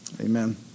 amen